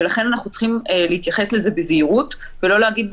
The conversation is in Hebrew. ולכן אנחנו צריכים להתייחס לזה בזהירות ולא להגיד,